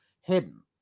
hidden